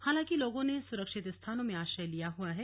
हालांकि लोगों ने सुरक्षित स्थानों में आश्रय लिया हुआ है